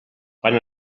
quan